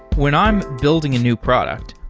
when i'm building a new product,